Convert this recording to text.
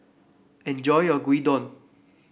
enjoy your Gyudon